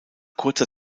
kurzer